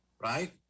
right